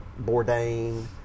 Bourdain